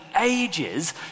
ages